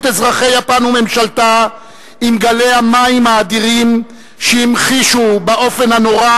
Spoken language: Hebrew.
אזרחי יפן וממשלתה עם גלי המים האדירים שהמחישו באופן נורא